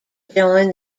join